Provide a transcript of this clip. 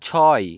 ছয়